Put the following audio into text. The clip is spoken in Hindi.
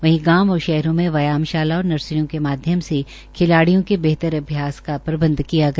वहीं गांव और शहरों में व्यायाम शाला और नर्सरियों के माध्यम से खिलाड़ियों के बेहतर अभ्यास का प्रबंध किया गया